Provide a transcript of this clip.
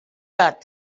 got